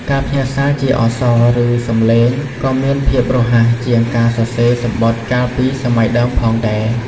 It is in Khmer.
ការផ្ញើរសារជាអក្សរ ឬ សម្លេងក៏មានភាពរហ័សជាងការសរសេរសំបុត្រកាលពីសម័យដើមផងដែរ។